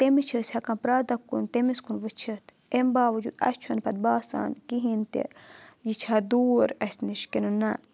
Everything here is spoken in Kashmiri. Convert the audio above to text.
تٔمِس چھِ أسۍ ہیٚکان پرٛٮ۪تھ دۄہ کُن تٔمِس کُن وٕچھِتھ امہِ باوٚوجوٗد اَسہِ چھُنہٕ پَتہٕ باسان کِہیٖنۍ تہِ یہِ چھا دوٗر اَسہِ نِش کِنہٕ نَہ